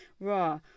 raw